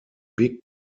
big